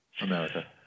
America